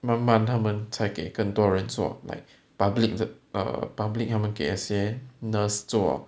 慢慢他们才给更多人做 like public uh public 他们给那些 nurse 做